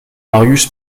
marius